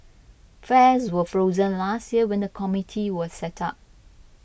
fares were frozen last year when the committee was set up